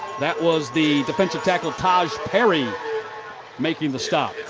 that was the defensive tackle, taj perry making the stop.